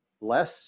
Less